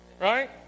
right